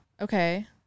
Okay